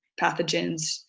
pathogens